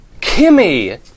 Kimmy